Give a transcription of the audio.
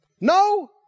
No